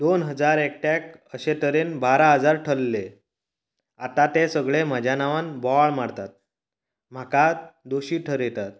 दोन हजार एकट्याक अशें तरेन बारा हजार थारले आता ते सगळे म्हज्या नांवान बोवाळ मारतात म्हाका दोशी थारयतात